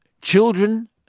children